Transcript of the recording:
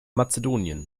mazedonien